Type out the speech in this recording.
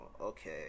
Okay